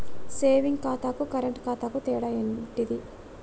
Saving ఖాతాకు current ఖాతాకు తేడా ఏంటిది?